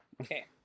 Okay